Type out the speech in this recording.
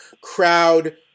crowd